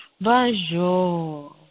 Bonjour